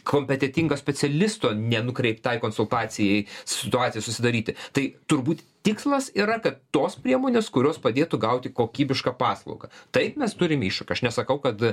kompetentingas specialisto nenukreiptai konsultacijai situacijai susidaryti tai turbūt tikslas yra kad tos priemonės kurios padėtų gauti kokybišką paslaugą taip mes turim iššūkį aš nesakau kad